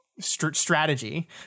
strategy